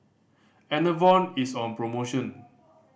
Enervon is on promotion